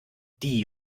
die